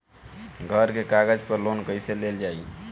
घर के कागज पर लोन कईसे लेल जाई?